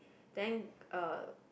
then uh